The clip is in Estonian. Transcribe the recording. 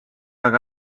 aga